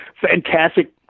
fantastic